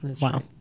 Wow